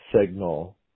signal